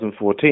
2014